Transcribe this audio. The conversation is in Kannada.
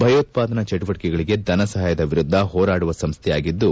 ಭಯೋತ್ಪಾದನಾ ಚಟುವಟಕೆಗಳಿಗೆ ಧನಸಪಾಯದ ವಿರುದ್ಧ ಹೋರಾಡುವ ಸಂಸ್ಥೆಯಾಗಿದ್ದು